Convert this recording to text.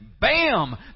bam